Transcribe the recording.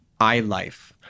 iLife